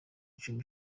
icumi